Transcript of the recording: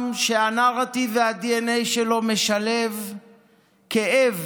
עם שהנרטיב והדנ"א שלו משלבים כאב